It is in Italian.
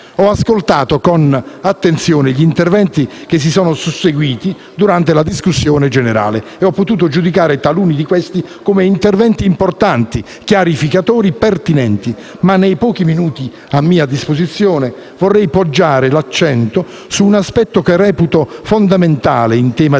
Ho ascoltato con attenzione gli interventi che si sono susseguiti durante la discussione generale e ho potuto giudicare taluni di essi importanti, chiarificatori e pertinenti. Nei pochi minuti a mia disposizione vorrei, però, poggiare l'accento su un aspetto che reputo fondamentale in tema di